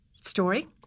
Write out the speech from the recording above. story